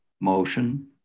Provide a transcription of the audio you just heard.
motion